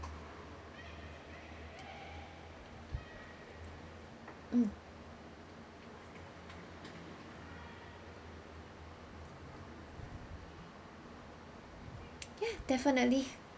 mm ya definitely